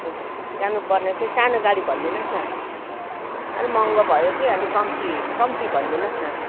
जानु पर्ने चाहिँ सानो गाडी भनिदिनुहोस् न साह्रो महँगो भयो कि अलिक कम्ती कम्ती भनिदिनुहोस् न